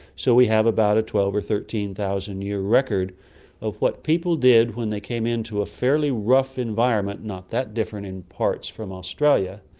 so we have about a twelve thousand or thirteen thousand year record of what people did when they came into a fairly rough environment, not that different in parts from australia,